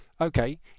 Okay